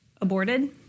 aborted